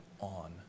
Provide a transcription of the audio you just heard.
on